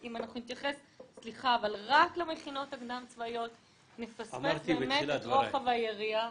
אם נתייחס רק למכינות הקדם צבאיות נפספס את רוחב היריעה.